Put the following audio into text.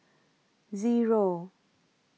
Zero